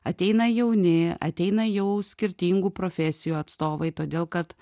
ateina jauni ateina jau skirtingų profesijų atstovai todėl kad